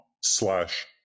slash